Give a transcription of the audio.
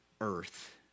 earth